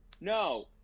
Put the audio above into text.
no